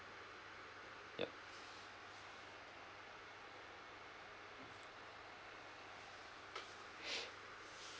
ya